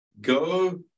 Go